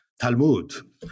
Talmud